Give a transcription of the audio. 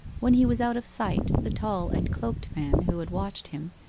when he was out of sight, the tall and cloaked man, who had watched him,